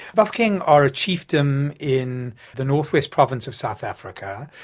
bafokeng are a chiefdom in the north west province of south africa.